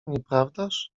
nieprawdaż